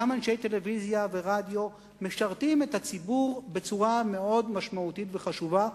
גם אנשי טלוויזיה ורדיו משרתים את הציבור בצורה מאוד משמעותית וחשובה,